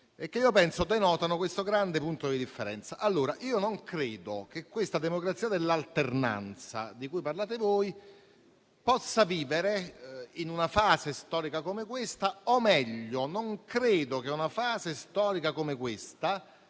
e che denotano questo grande punto di differenza. Non credo che questa democrazia dell'alternanza di cui voi parlate possa vivere in una fase storica come questa. Mi spiego meglio: non credo che una fase storica come questa,